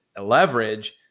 leverage